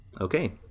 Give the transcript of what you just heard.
Okay